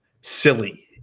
silly